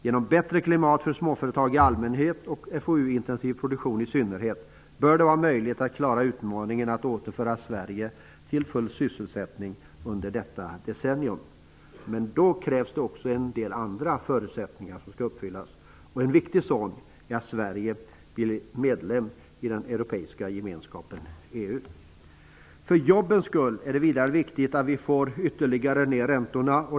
Genom bättre klimat för småföretag i allmänhet och FoU-intensiv produktion i synnerhet bör det vara möjligt att klara utmaningen att återföra Sverige till full sysselsättning under detta decennium, men då krävs det också att en del andra förutsättningar uppfylls. En viktig sådan är att Sverige blir medlem i den europeiska gemenskapen, EU. För jobbens skull är det vidare viktigt att ytterligare få ner räntorna.